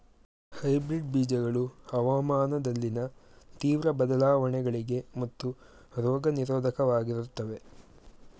hybrid ಬೀಜಗಳು ಹವಾಮಾನದಲ್ಲಿನ ತೀವ್ರ ಬದಲಾವಣೆಗಳಿಗೆ ಮತ್ತು ರೋಗ ನಿರೋಧಕವಾಗಿರುತ್ತವೆ